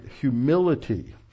humility